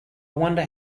wonder